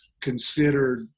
considered –